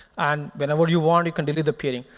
and whenever you want, you can delete the peering.